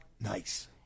Nice